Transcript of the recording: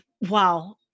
Wow